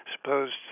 supposed